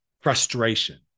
frustration